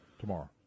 tomorrow